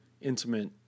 intimate